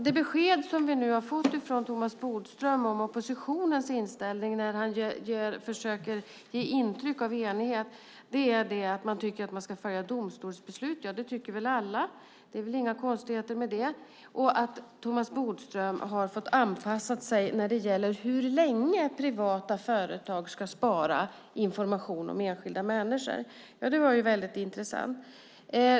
Det besked som vi nu har fått från Thomas Bodström om oppositionens inställning, där han försöker ge intryck av enighet, är att man tycker att man ska följa domstolsbeslut. Det tycker väl alla. Det är inget konstigt med det. Thomas Bodström säger att han har fått anpassa sig när det gäller hur länge privata företag ska spara information om enskilda människor. Det var ju väldigt intressant.